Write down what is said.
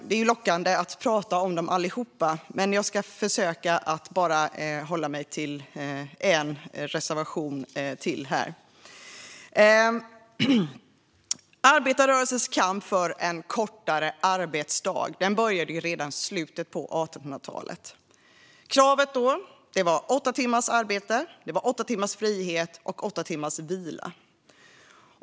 Det är lockande att prata om dem alla, men jag ska försöka att begränsa mig till att bara ta upp en reservation till. Arbetarrörelsens kamp för en kortare arbetsdag började redan i slutet av 1800-talet. Kravet då var åtta timmars arbete, åtta timmars frihet och åtta timmars vila.